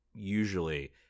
Usually